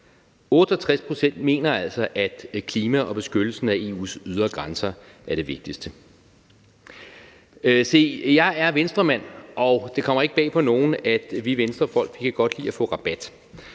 68 pct. mener, at klima og beskyttelsen af EU's ydre grænser er det vigtigste. Se, jeg er Venstremand, og det kommer ikke bag på nogen, at vi Venstrefolk godt kan lide at få rabat,